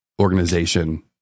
organization